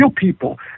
people